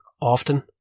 often